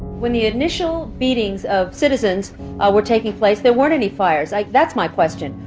when the initial beatings of citizens were taking place, there weren't any fires. like that's my question.